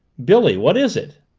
billy what is it?